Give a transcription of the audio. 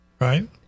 right